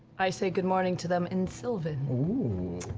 i say good morning to them in sylvan.